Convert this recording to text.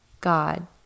God